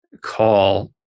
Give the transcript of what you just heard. call